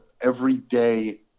everyday